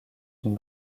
une